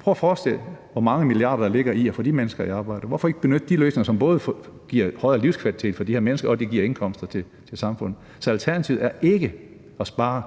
Prøv at forestille jer, hvor mange milliarder der ligger i at få de mennesker i arbejde. Hvorfor ikke benytte de løsninger, som både giver højere livskvalitet for de her mennesker og indkomster til samfundet? Så alternativet er ikke at spare